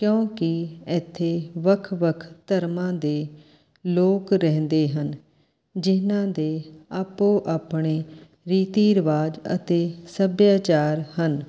ਕਿਉਂਕਿ ਇੱਥੇ ਵੱਖ ਵੱਖ ਧਰਮਾਂ ਦੇ ਲੋਕ ਰਹਿੰਦੇ ਹਨ ਜਿਨ੍ਹਾਂ ਦੇ ਆਪੋ ਆਪਣੇ ਰੀਤੀ ਰਿਵਾਜ਼ ਅਤੇ ਸੱਭਿਆਚਾਰ ਹਨ